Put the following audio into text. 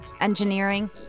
engineering